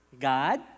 God